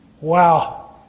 Wow